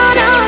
no